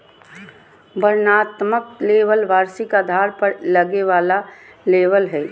वर्णनात्मक लेबल वार्षिक आधार पर लगे वाला लेबल हइ